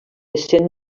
essent